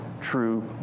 true